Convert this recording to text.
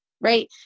right